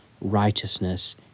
righteousness